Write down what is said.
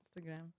Instagram